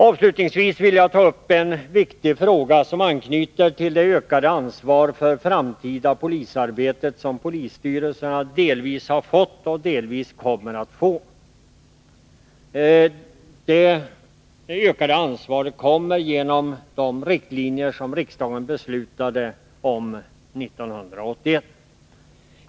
Avslutningsvis vill jag ta upp en viktig fråga, som anknyter till det ökade ansvar för det framtida polisarbetet som polisstyrelserna delvis fått och delvis kommer att få. Det ökade ansvaret har sitt ursprung i de riktlinjer som riksdagen beslutade om 1981.